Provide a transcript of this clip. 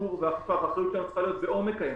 שהניטור והאכיפה והאחריות שלנו צריכה להיות בעומק הים.